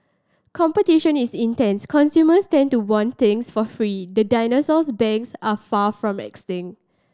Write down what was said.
competition is intense consumers tend to want things for free the dinosaurs banks are far from extinct